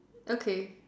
okay